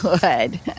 Good